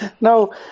No